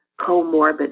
comorbid